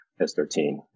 S13